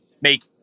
make